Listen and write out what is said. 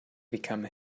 become